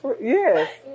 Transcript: yes